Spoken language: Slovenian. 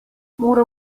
moram